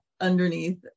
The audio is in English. underneath